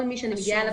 כל מי שמגיעה אלי,